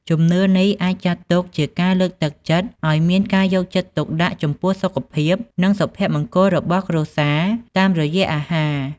ជំនឿនេះអាចចាត់ទុកជាការលើកទឹកចិត្តឱ្យមានការយកចិត្តទុកដាក់ចំពោះសុខភាព និងសុភមង្គលរបស់គ្រួសារតាមរយៈអាហារ។